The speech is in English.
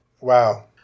Wow